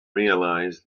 realise